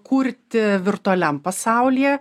kurti virtualiam pasaulyje